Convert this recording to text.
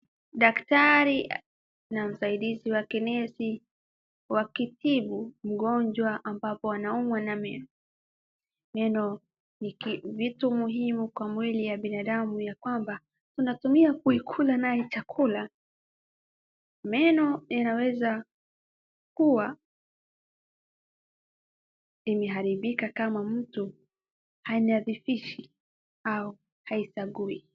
Daktari na msaidizi wake nesi, wakitibu mgonjwa ambapo anaumwa na meno. Meno ni vitu muhimu kwa mwili ya binadamu ya kwamba, tunaitumia kuikula nayo chakula. Meno inaweza kuwa, imeharibika kama mtu hainadhifishi au haisugui.